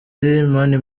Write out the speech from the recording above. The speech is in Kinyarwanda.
mani